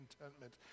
contentment